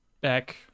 back